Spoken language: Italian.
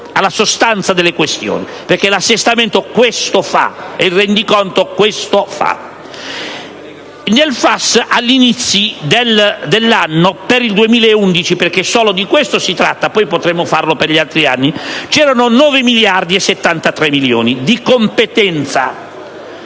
alla sostanza delle questioni, perché l'assestamento questo fa e il rendiconto questo fa. Nel FAS, agli inizi dell'anno, per il 2011 (perché solo di quest'anno si tratta, e poi potremo farlo per gli altri anni) c'erano 9,073 miliardi di competenza.